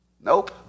Nope